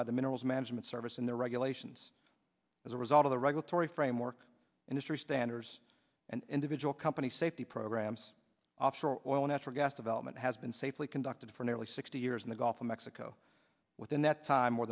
by the minerals management service and their regulations as a result of the regulatory framework industry standards and individual company safety programs offshore oil natural gas development has been safely conducted for nearly sixty years in the gulf of mexico within that time more